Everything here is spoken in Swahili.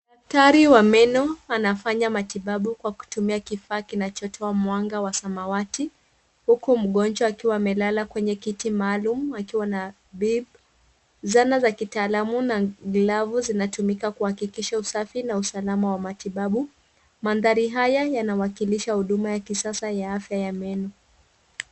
Daktari wa meno anafanya matibabu kwa kutumia kifaa kinachoitwa mwanga wa samawati huku mgonjwa akiwa amelala kwenye kiti maalum akiwa na beep . Zana za kitaalamu na glavu vinatumika kuhakikisha usafi na usalama wa matibabu. Mandhari haya yanawakilisha huduma ya kisasa ya afya ya meno.